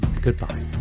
Goodbye